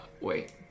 wait